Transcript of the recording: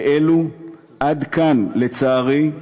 באלו עד כאן, לצערי,